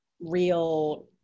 real